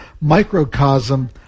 microcosm